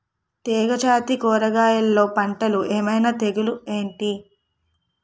తీగ జాతి కూరగయల్లో పంటలు ఏమైన తెగులు ఏంటి?